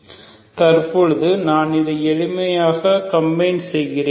Refer Slide Time 1754 தற்பொழுது நான் இதை எளிமையாக கம்பைன் செய்கிறேன்